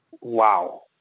Wow